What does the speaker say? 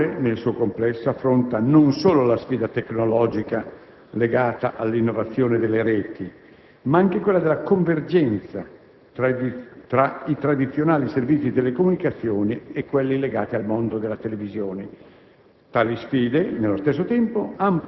Oggi il settore nel suo complesso affronta non solo la sfida tecnologica, legata all'innovazione delle reti, ma anche quella della convergenza tra i tradizionali servizi di telecomunicazione e quelli legati al mondo della televisione.